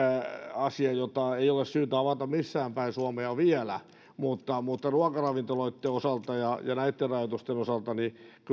asia jota ei ole syytä avata missäänpäin suomea vielä mutta ruokaravintoloitten osalta ja näitten rajoitusten osalta